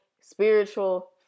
spiritual